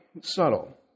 subtle